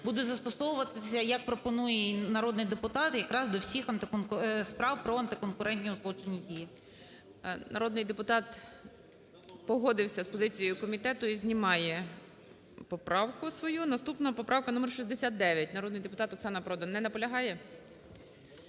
буде застосовуватись, як пропонує її народний депутат, якраз до всіх справ про антиконкурентні узгоджені дії. ГОЛОВУЮЧИЙ. Народний депутат погодився з позицією комітету і знімає поправку свою. Наступна поправка номер 69, народний депутат Оксана Продан. Не наполягає.